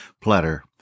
platter